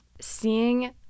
Seeing